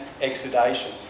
exudation